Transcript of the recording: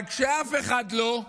אבל כשאף אחד לא,